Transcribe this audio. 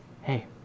Hey